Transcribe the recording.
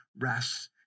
rest